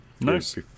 Nice